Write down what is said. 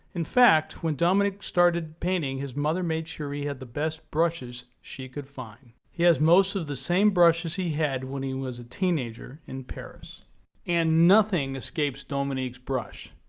in fact, when dominique started painting his mother made sure he had the best brushes she could find. he has most of the same brushes he had when he was a teenager in paris and nothing escapes dominique's brush.